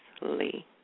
Lee